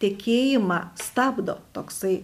tekėjimą stabdo toksai